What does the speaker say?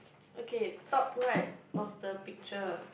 okay top right of the picture